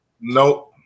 Nope